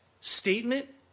statement